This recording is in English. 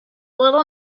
little